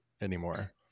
anymore